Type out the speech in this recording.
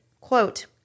quote